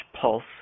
pulse